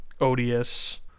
odious